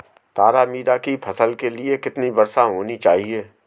तारामीरा की फसल के लिए कितनी वर्षा होनी चाहिए?